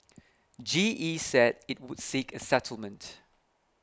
G E said it would seek a settlement